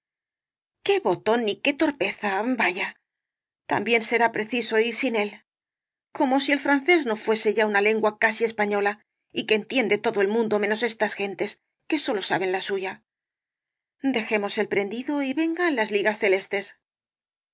qué botón ni qué torpeza vaya también será preciso ir sin él como si el francés no fuese ya una lengua casi española y que entiende todo el mundo menos estas gentes que sólo saben la suya dejemos el prendido y vengan las ligas celestes